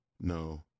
No